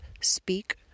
speak